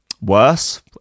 worse